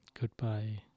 Goodbye